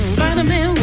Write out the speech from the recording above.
Spider-Man